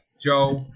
Joe